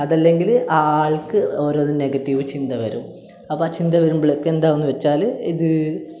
അതല്ലങ്കിൽ ആ ആൾക്ക് ഓരോ നെഗറ്റീവ് ചിന്ത വരും അപ്പം ആ ചിന്ത വരുമ്പോഴേക്ക് എന്താകും എന്ന് വെച്ചാൽ ഇത്